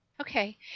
Okay